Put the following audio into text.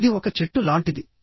ఇది ఒక చెట్టు లాంటిది